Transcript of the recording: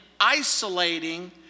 isolating